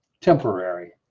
temporary